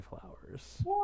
flowers